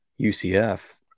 UCF